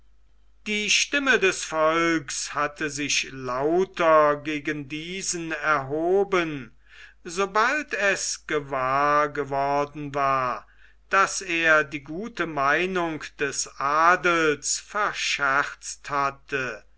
die stimme des volks hatte sich lauter gegen diesen erhoben sobald es gewahr worden war daß er die gute meinung des adels verscherzt hatte